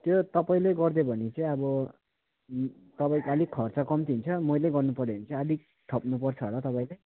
त्यो तपाईँले गरिदियो भने चाहिँ अब तपाईँको अब अलिक खर्च कम्ती हुन्छ मैले गर्नु पऱ्यो भने चाहिँ अलिक थप्नु पर्छ होला तपाईँले